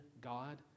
God